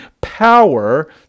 power